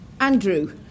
Andrew